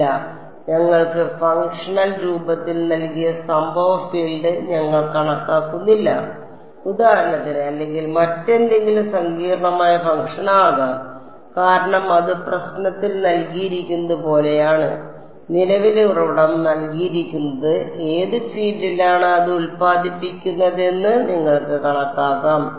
ഇല്ല ഞങ്ങൾക്ക് ഫംഗ്ഷണൽ രൂപത്തിൽ നൽകിയ സംഭവ ഫീൽഡ് ഞങ്ങൾ കണക്കാക്കുന്നില്ല ഉദാഹരണത്തിന് അല്ലെങ്കിൽ മറ്റേതെങ്കിലും സങ്കീർണ്ണമായ ഫംഗ്ഷൻ ആകാം കാരണം അത് പ്രശ്നത്തിൽ നൽകിയിരിക്കുന്നത് പോലെയാണ് നിലവിലെ ഉറവിടം നൽകിയിരിക്കുന്നത് ഏത് ഫീൽഡിലാണ് അത് ഉൽപ്പാദിപ്പിക്കുന്നതെന്ന് നിങ്ങൾക്ക് കണക്കാക്കാം